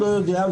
לא צריך תוספת.